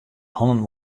hannen